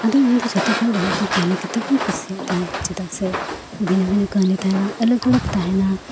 ᱟᱫᱚ ᱤᱧ ᱫᱚ ᱡᱷᱚᱛᱚ ᱠᱷᱚᱱ ᱰᱷᱮᱨ ᱫᱚ ᱠᱟᱦᱱᱤ ᱠᱤᱛᱟᱹᱵ ᱜᱮᱧ ᱠᱩᱥᱤᱭᱟᱜ ᱛᱟᱦᱮᱱ ᱪᱮᱫᱟᱜ ᱥᱮ ᱵᱷᱤᱱᱟᱹ ᱵᱷᱤᱱᱟᱹ ᱠᱟᱦᱱᱤ ᱛᱟᱦᱮᱱᱟ ᱟᱞᱟᱠ ᱟᱞᱟᱠ ᱛᱟᱦᱮᱱᱟ